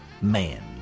man